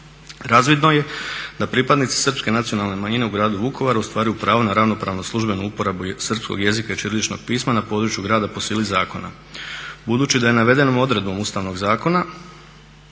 razvidno je da pripadnici srpske nacionalne manjine u Gradu Vukovaru ostvaruju pravo na ravnopravnu službenu uporabu srpskog jezika i ćiriličnog pisma na području grada po sili zakona. Budući da je navedenom odredbom Ustavnog zakona